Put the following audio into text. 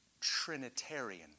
Trinitarian